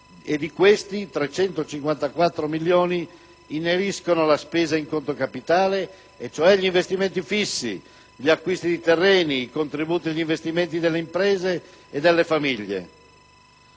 Di questi, 354 milioni ineriscono la spesa in conto capitale e, cioè, gli investimenti fissi, gli acquisti di terreni, i contributi agli investimenti delle imprese e delle famiglie.